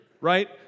right